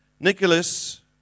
Nicholas